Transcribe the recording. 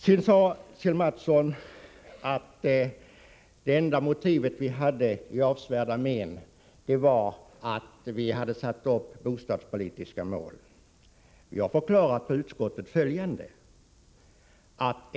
Sedan sade Kjell Mattsson att det enda motiv som vi hade för uttalandet om avsevärda men var att vi hade satt upp bostadspolitiska mål. Vi har förklarat följande för utskottet.